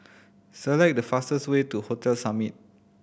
select the fastest way to Hotel Summit